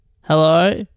Hello